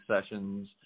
sessions